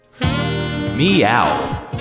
Meow